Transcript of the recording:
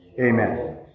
Amen